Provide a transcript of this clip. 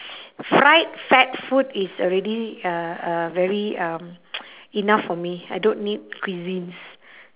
fried fat food is already uh uh very um enough for me I don't need cuisines